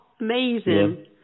amazing